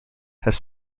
have